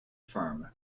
firm